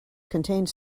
contained